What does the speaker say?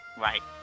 right